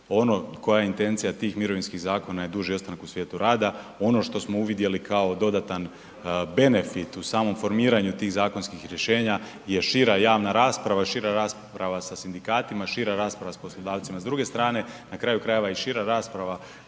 koja je intencija tih mirovinskih zakona je duži ostanak u svijetu rada. Ono što smo uvidjeli kao dodatan benefit u samom formiranju tih zakonskih rješenja je šira javna rasprava, šira rasprava sa sindikatima, šira rasprava sa poslodavcima s druge strane. Na kraju krajeva i šira rasprava